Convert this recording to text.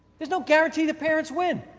is no guarantee that parents win.